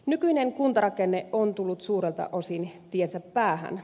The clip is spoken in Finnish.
nykyinen kuntarakenne on tullut suurelta osin tiensä päähän